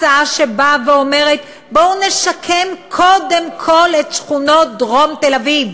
הצעה שאומרת: בואו נשקם קודם כול את שכונות דרום תל-אביב,